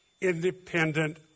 Independent